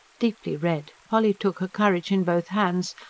deeply red, polly took her courage in both hands,